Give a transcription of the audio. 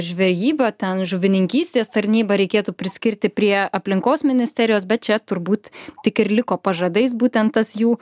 žvejyba ten žuvininkystės tarnybą reikėtų priskirti prie aplinkos ministerijos bet čia turbūt tik ir liko pažadais būtent tas jų